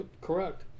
correct